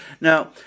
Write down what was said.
Now